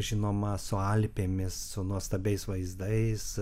žinoma su alpėmis su nuostabiais vaizdais